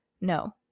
No